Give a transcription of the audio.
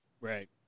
Right